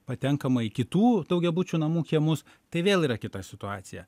patenkama į kitų daugiabučių namų kiemus tai vėl yra kita situacija